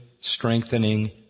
strengthening